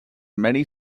many